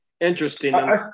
interesting